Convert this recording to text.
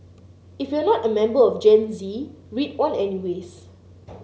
if you're not a member of Gen Z read on any ways